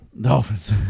Dolphins